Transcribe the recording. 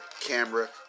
Camera